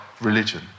religion